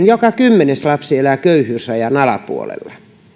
joka kymmenes lapsi elää köyhyysrajan alapuolella